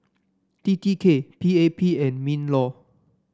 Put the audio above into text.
T T K P A P and Minlaw